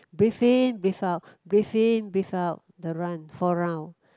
breathe in breathe out breathe in breathe out the run four round